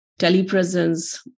telepresence